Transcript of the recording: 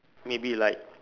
maybe like